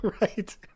Right